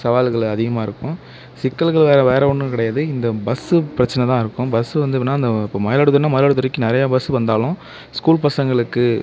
சவால்களில் அதிகமாக இருக்கும் சிக்கல்கள் வேறு வேறு ஒன்றும் கிடையாது இந்த பஸ்ஸு பிரச்சனை தான் இருக்கும் பஸ்ஸு வந்து எப்புடின்னா அந்த இப்போ மயிலாடுதுறைனா மயிலாடுதுறைக்கு நிறையா பஸ்ஸு வந்தாலும் ஸ்கூல் பசங்களுக்கு